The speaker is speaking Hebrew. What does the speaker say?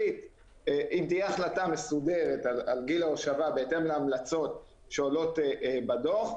אם תהיה החלטה מסודרת על גיל ההושבה בהתאם להמלצות שעולות בדוח,